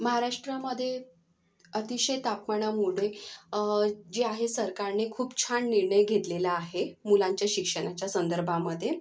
महाराष्ट्रामधे अतिशय तापमानामुळे जे आहे सरकारने खूप छान निर्णय घेतलेला आहे मुलांच्या शिक्षणाच्या संदर्भामधे